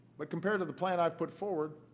but compared to the plan i've put forward,